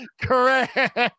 Correct